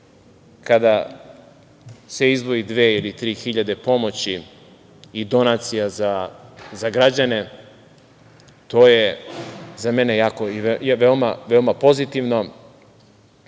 kada se izdvoji dve ili tri hiljade pomoći i donacija za građane, to je za mene jako i veoma pozitivno